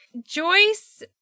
Joyce